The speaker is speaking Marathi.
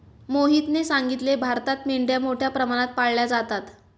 मोहितने सांगितले, भारतात मेंढ्या मोठ्या प्रमाणात पाळल्या जातात